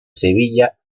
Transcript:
sevilla